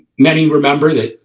many remember that